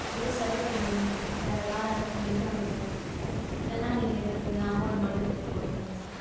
எதோ சரி பண்ணி வேறே காரு அனுப்ப முடிஞ்சால் அனுப்புங்க இல்லைன்னா நீங்கள் எடுத்துருங்க அமௌண்ட் மட்டும் திருப்பி கொடுத்துருங்க சார்